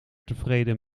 tevreden